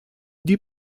die